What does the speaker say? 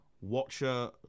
watcher